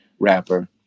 Rapper